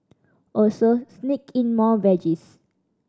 also sneak in more veggies